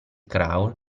crawl